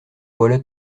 voilà